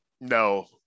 no